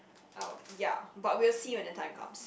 oh ya but we'll see when the time comes